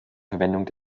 verwendung